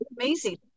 amazing